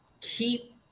keep